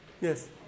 yes